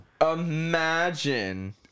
Imagine